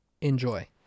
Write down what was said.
Enjoy